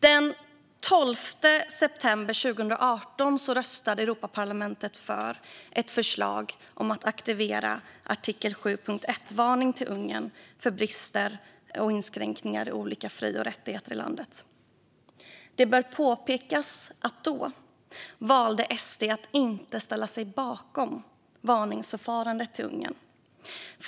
Den 12 september 2018 röstade Europaparlamentet för ett förslag om att aktivera artikel 7.1-varning när det gäller Ungern för brister och inskränkningar i olika fri och rättigheter i landet. Det bör påpekas att Sverigedemokraterna då valde att inte ställa sig bakom varningsförfarandet till Ungern.